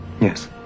yes